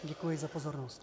Děkuji za pozornost.